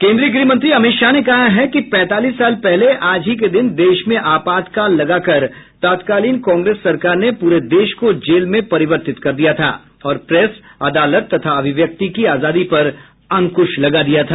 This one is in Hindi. केन्द्रीय गृह मंत्री अमित शाह ने कहा है कि पैंतालीस साल पहले आज ही के दिन देश में आपातकाल लगाकर तत्कालीन कांग्रेस सरकार ने पूरे देश को जेल में परिवर्तित कर दिया था और प्रेस अदालत तथा अभिव्यक्ति की आजादी पर अंकृश लगा दिया था